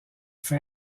fin